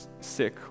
sick